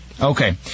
Okay